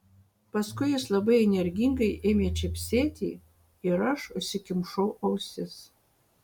paskui jis labai energingai ėmė čepsėti ir aš užsikimšau ausis